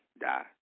die